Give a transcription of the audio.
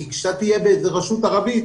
כי כשאתה תהיה ברשות ערבית,